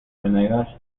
venegas